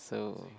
so